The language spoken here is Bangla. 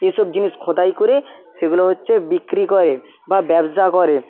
এসব জিনিস খোদাই করে সেগুলো হচ্ছে বিক্রি করে বা ব্যবসা করে